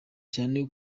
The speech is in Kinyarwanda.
cyane